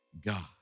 God